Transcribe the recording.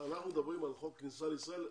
מדברים על חוק הכניסה לישראל.